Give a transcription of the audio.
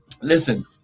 listen